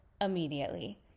immediately